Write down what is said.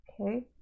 Okay